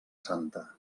santa